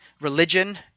religion